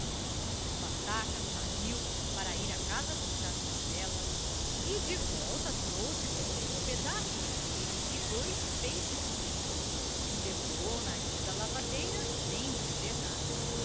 o pataca saiu para ir a casa buscar uma vela e de volta trouxe também um pedaço de queijo e dois peixes fritos que levou ao nariz da lavadeira sem dizer nada